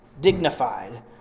dignified